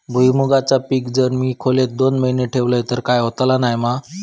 भुईमूगाचा पीक जर मी खोलेत दोन महिने ठेवलंय तर काय होतला नाय ना?